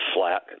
flat